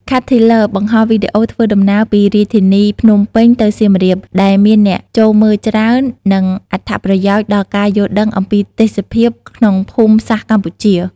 ខាតធី ទ្បើប បង្ហោះវីដេអូធ្វើដំណើរពីរាជធានីភ្នំពេញទៅសៀមរាប ដែលមានអ្នកចូលមើលច្រើន និងអត្ថប្រយោជន៍ដល់ការយល់ដឹងអំពីទេសភាពក្នុងភូមិសាស្រ្តកម្ពុជា។